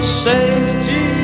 safety